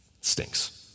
Stinks